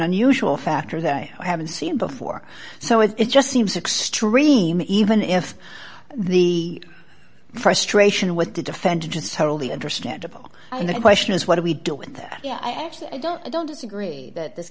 unusual factor that i haven't seen before so it's just seems extreme even if the frustration with the defendant just totally understandable and the question is what do we do with that yeah i actually i don't i don't disagree that this